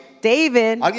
David